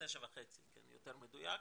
79.5 יותר מדויק.